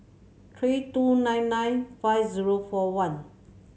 three two nine nine five zero four one